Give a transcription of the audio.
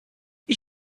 you